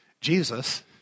Jesus